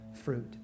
fruit